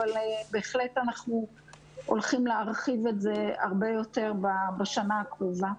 אבל בהחלט אנחנו הולכים להרחיב את זה הרבה יותר בשנה הקרובה.